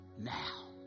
now